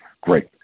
great